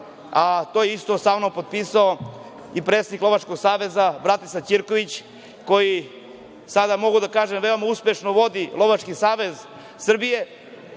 a to isto je potpisao i predsednik Lovačkog saveza Bratislav Ćirković koji, sada mogu da kažem, veoma uspešno vodi Lovački savez Srbije,